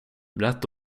rätt